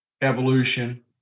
evolution